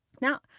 Now